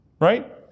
Right